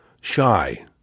shy